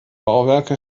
bauwerke